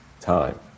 time